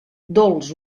dolç